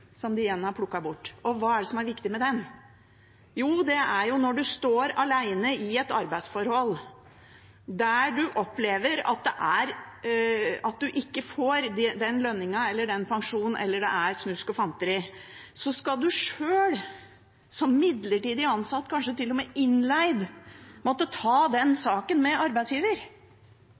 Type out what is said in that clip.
som de igjen har plukket bort. Og hva er det som er viktig med den? Jo, det er når en står alene i et arbeidsforhold der en opplever at en ikke får den lønningen eller den pensjonen en skal ha, eller det er snusk og fanteri, og så skal en sjøl, som midlertidig ansatt, kanskje til og med innleid, måtte ta den saken med arbeidsgiver.